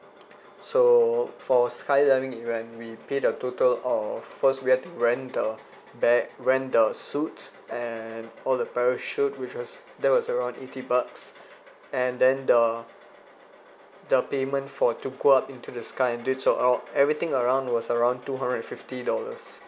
so for skydiving event we paid the total of first we had to rent the bag rent the suits and all the parachute which was that was around eighty bucks and then the the payment for to go up into the sky and did so our everything around was around two hundred and fifty dollars